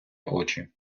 очі